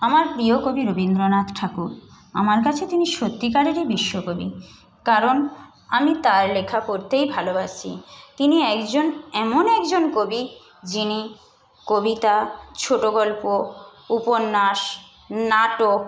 আমার প্রিয় কবি রবীন্দ্রনাথ ঠাকুর আমার কাছে তিনি সত্যিকারেরই বিশ্বকবি কারণ আমি তার লেখা পড়তেই ভালোবাসি তিনি একজন এমন একজন কবি যিনি কবিতা ছোটো গল্প উপন্যাস নাটক